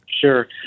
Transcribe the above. Sure